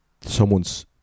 someone's